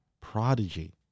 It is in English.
Prodigy